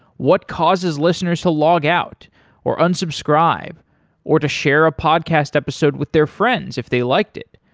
what causes listeners to log out or unsubscribe or to share a podcast episode with their friends if they liked it.